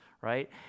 right